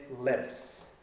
lettuce